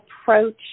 approach